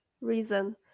reason